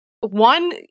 one